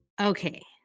Okay